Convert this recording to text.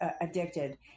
addicted